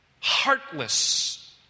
heartless